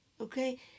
okay